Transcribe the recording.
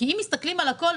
אם מסתכלים על הכול,